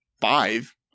five